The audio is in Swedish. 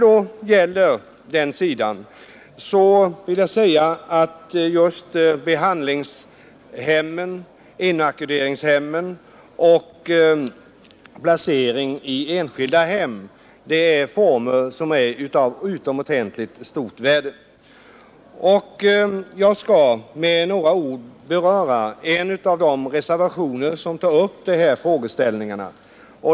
Jag vill då säga att behandlingshemmen, inackorderingshemmen och placering i enskilda hem är former som är av utomordentligt stort värde. Jag skall med några ord beröra en av de reservationer, nr 13, som tar upp dessa frågeställningar.